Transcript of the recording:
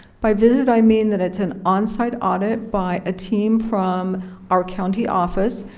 by visit i mean that it's an onsite audit by a team from our county office.